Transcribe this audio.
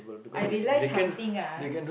I realize something